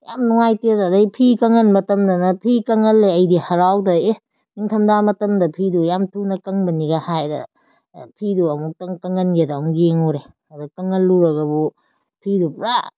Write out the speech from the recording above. ꯌꯥꯝ ꯅꯨꯡꯉꯥꯏꯇꯦꯗ ꯑꯗꯨꯗꯩ ꯐꯤ ꯀꯪꯍꯟꯕ ꯃꯇꯝꯗꯅ ꯐꯤ ꯀꯪꯍꯜꯂꯦ ꯑꯩꯗꯤ ꯍꯔꯥꯎꯗꯅ ꯑꯩꯗꯤ ꯑꯦ ꯅꯤꯡꯊꯝꯊꯥ ꯃꯇꯝꯗ ꯐꯤꯗꯨ ꯌꯥꯝ ꯊꯨꯅ ꯀꯪꯕꯅꯤꯒ ꯍꯥꯏꯔꯦ ꯐꯤꯗꯨ ꯑꯃꯨꯛꯇꯪ ꯀꯪꯍꯟꯒꯦꯗ ꯑꯃꯨꯛ ꯌꯦꯡꯉꯨꯔꯦ ꯑꯗꯨ ꯀꯪꯍꯜꯂꯨꯔꯒꯕꯨ ꯐꯤꯗꯨ ꯄꯨꯔꯥ